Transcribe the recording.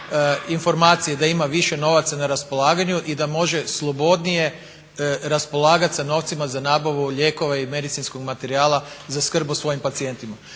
informacija da ima više novaca na raspolaganju i da može slobodnije raspolagati sa novcima za nabavu lijekova i medicinskog materijala za skrb o svojim pacijentima.